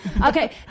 okay